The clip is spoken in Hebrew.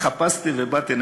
התחפשתי ובאתי,